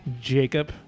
Jacob